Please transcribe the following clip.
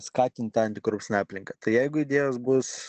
skatint tą antikorupcinę aplinką tai jeigu idėjos bus